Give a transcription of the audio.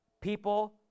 people